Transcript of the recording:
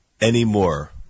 anymore